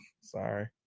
sorry